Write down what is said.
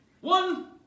One